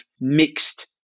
mixed